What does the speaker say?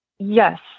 Yes